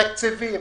תקציבים,